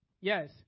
Yes